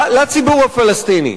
לציבור הפלסטיני,